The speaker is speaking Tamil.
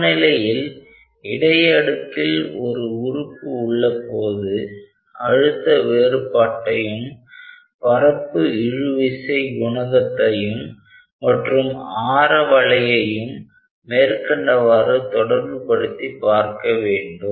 சமநிலையில் இடை அடுக்கில் ஒரு உறுப்பு உள்ளபோது அழுத்த வேறுபாட்டையும் பரப்பு இழு விசை குணகத்தையும் மற்றும் ஆரவளையையும் மேற்கண்டவாறு தொடர்புபடுத்தி பார்க்க வேண்டும்